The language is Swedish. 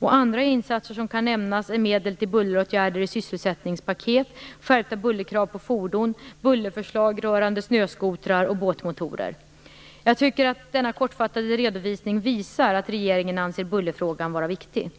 Andra insatser som kan nämnas är medel till bulleråtgärder i sysselsättningspaket, skärpta bullerkrav på fordon och bullerförslag rörande snöskotrar och båtmotorer. Jag tycker att denna kortfattade redovisning visar att regeringen anser bullerfrågan vara viktig.